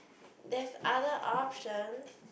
there's other option